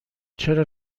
چرا